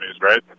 right